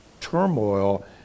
turmoil